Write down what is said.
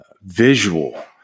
visual